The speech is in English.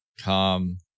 calm